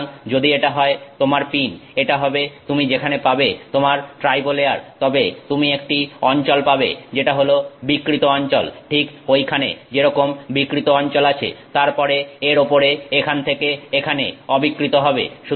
সুতরাং যদি এটা হয় তোমার পিন এটা হবে তুমি যেখানে পাবে তোমার ট্রাইবো লেয়ার তবে তুমি একটি অঞ্চল পাবে যেটা হলো বিকৃত অঞ্চল ঠিক ওইখানে যেরকম বিকৃত অঞ্চল আছে তারপরে এর উপরে এখান থেকে এখানে অবিকৃত হবে